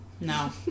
No